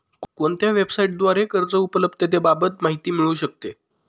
कोणत्या वेबसाईटद्वारे कर्ज उपलब्धतेबाबत माहिती मिळू शकते?